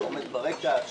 שהוא עומד ברקע,